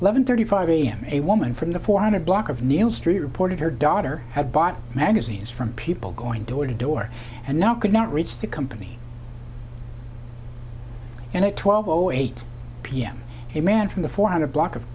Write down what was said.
eleven thirty five a m a woman from the four hundred block of neil street reported her daughter had bought magazines from people going door to door and not could not reach the company and at twelve o eight p m a man from the four hundred block of